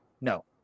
No